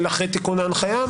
לאחר תיקון ההנחיה?